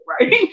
right